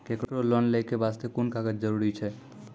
केकरो लोन लै के बास्ते कुन कागज जरूरी छै?